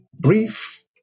brief